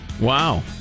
Wow